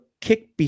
kick